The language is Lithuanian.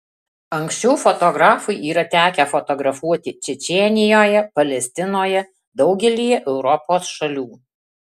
anksčiau fotografui yra tekę fotografuoti čečėnijoje palestinoje daugelyje europos šalių